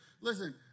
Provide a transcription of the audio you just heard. Listen